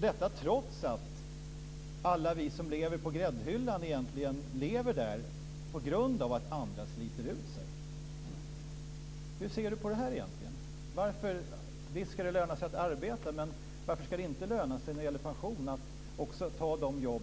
Detta trots att alla vi som lever på gräddhyllan egentligen lever där på grund av att andra sliter ut sig. Hur ser Bo Könberg på det? Visst ska det löna sig att arbeta, men varför ska det inte när det gäller pensionen löna sig att också ta de jobb